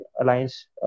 alliance